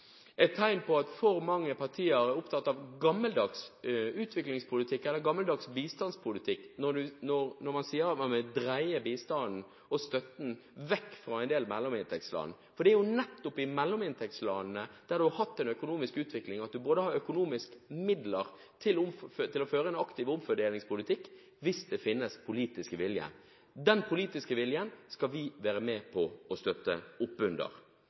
et tegn på at for mange partier er opptatt av gammeldags utviklingspolitikk – eller gammeldags bistandspolitikk – når man sier at man vil dreie bistanden og støtten vekk fra en del mellominntektsland. For det er nettopp i mellominntektslandene, der man har hatt en økonomisk utvikling, at man både har økonomiske midler til å føre en aktiv omfordelingspolitikk – hvis det finnes politisk vilje. Den politiske viljen skal vi være med på å støtte opp under.